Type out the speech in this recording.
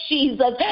Jesus